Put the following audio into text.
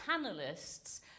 panelists